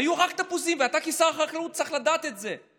היו רק תפוזים, ואתה כשר החקלאות צריך לדעת את זה.